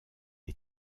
est